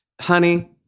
Honey